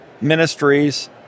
ministries